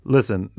Listen